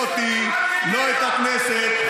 אתה לא מעניין, לא אותי, לא את הכנסת.